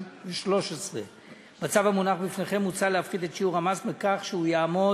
2013. בצו המונח בפניכם מוצע להפחית את שיעור המס כך שיעמוד